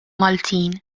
maltin